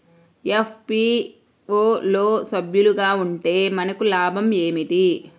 FPO లో సభ్యులుగా ఉంటే మనకు లాభం ఏమిటి?